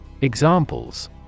Examples